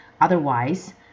Otherwise